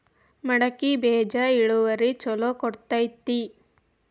ಮಡಕಿ ಬೇಜ ಇಳುವರಿ ಛಲೋ ಕೊಡ್ತೆತಿ?